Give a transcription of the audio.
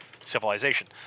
civilization